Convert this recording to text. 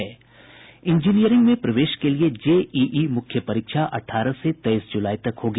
engineering में प्रवेश के लिए जेईई मुख्य परीक्षा अठारह से तेईस जुलाई तक होगी